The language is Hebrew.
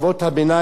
במקסימום,